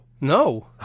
no